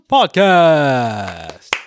Podcast